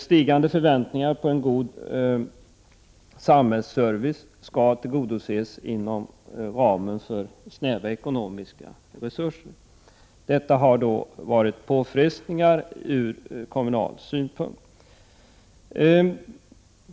Stigande förväntningar på en god samhällsservice skall tillgodoses inom ramen för snäva ekonomiska resurser. Detta har inneburit påfrestningar ur kommunal synpunkt.